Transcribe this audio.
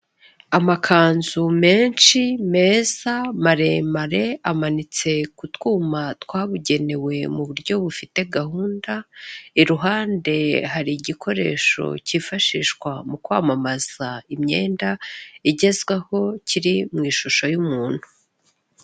Amakanzu menshi meza maremare amanitse kutwuma twabugenewe mu buryo bufite gahunda, iruhande hari igikoresho cyifashishwa mu kwamamaza imyenda igezweho, kiri mu ishusho y'umuntu.